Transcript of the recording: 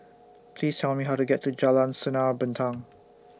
Please Tell Me How to get to Jalan Sinar Bintang